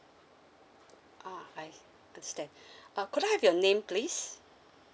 ah I understand uh could I have your name please